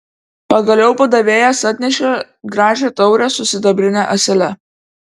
pagaliau padavėjas atnešė gražią taurę su sidabrine ąsele